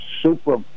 super